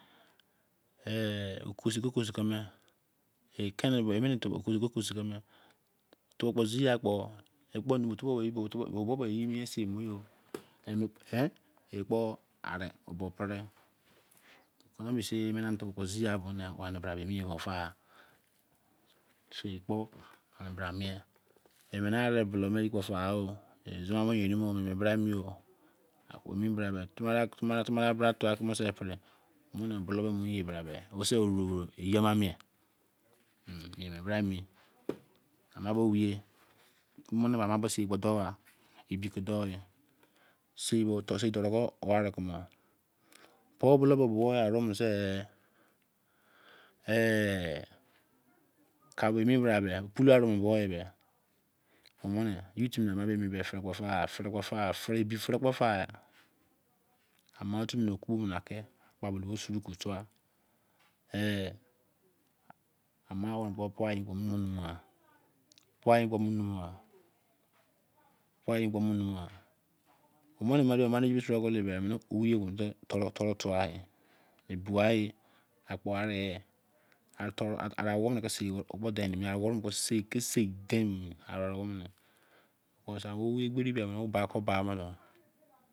Okusu ke kusu keme oka su ke kusu lame, tubo kpo zia ya kpo, me kunu ye mie sei mei, ekpo are bo pe-re emene tubo zia z bra mien kpo fa, emene sia doh zi ne bra mien fa, eneme bulo tubo fai tamara-bra tu a keme-sei pre re yeri mai mie, ame omye, sei teps dongha, elm lee don sei tee o ware kumo, pu bulu tea gbo mi bra beh furh ufo foru k po furu, ebi fere teps fa-ama ofu ru bo kai-the-sunosh tha, ana gba ke naim na omere mane gi shomi ophye ke tor-n tha ebhgha eh awon boh sei the sei dere me fgbeni sei bai ko ba mene